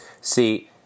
See